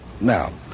Now